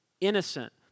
innocent